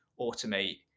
automate